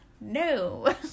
No